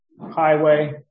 highway